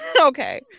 okay